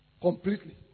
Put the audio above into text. Completely